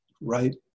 right